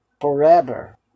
forever